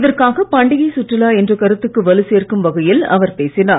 இதற்காக பண்டிகை சுற்றுலா என்ற கருத்துக்கு வலு சேர்க்கும் வகையில் அவர் பேசினார்